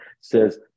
says